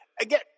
again